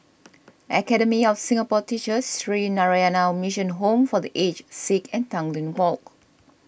Academy of Singapore Teachers Sree Narayana Mission Home for the Aged Sick and Tanglin Walk